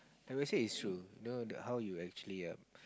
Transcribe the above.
I would say it's true you know the how you actually um